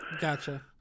Gotcha